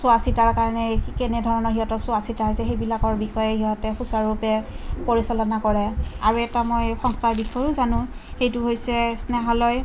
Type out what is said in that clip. চোৱাচিতাৰ কাৰণে কেনেধৰণৰ সিহঁতৰ চোৱাচিতা হৈছে সেইবিলাকৰ বিষয়ে সিহঁতে সুচাৰুৰূপে পৰিচালনা কৰে আৰু এটা মই সংস্থাৰ বিষয়েও জানোঁ সেইটো হৈছে স্নেহালয়